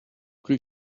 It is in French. plus